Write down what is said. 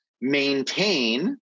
maintain